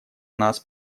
нас